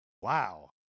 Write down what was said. Wow